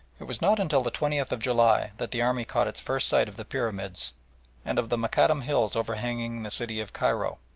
it was not until the twentieth of july that the army caught its first sight of the pyramids and of the mokattam hills overhanging the city of cairo.